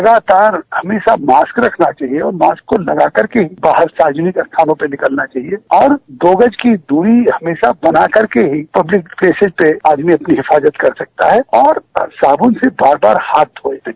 लगातार हमेशा मॉस्क रखना चाहिए और मॉस्क को लगा करके बाहर सार्वजनिक स्थानों पर निकलना चाहिए और दो गज की दूरी हमेशा बना करके ही पब्लिक प्लेसेस पे आदमी अपनी हिफाजत कर सकता है और साबुन से बार बार हाथ धोये